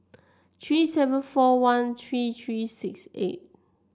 three seven four one three three six eight